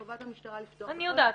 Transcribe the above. חובת המשטרה לפתוח -- אני יודעת,